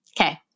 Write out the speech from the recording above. okay